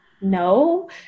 no